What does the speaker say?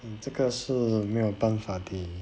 mm 这个是没有办法地